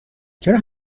چرا